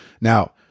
Now